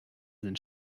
sind